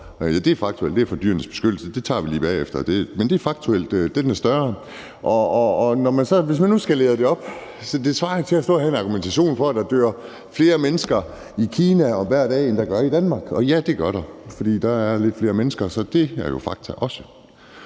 Det er oplyst fra Dyrenes Beskyttelse, men det tager vi lige bagefter; det er faktuelt, at den er større. Hvis man nu skalerer det op, svarer det jo til at stå og bruge som argument, at der dør flere mennesker i Kina hver dag, end der gør i Danmark. Og ja, det gør der, for der er lidt flere mennesker, så det er jo også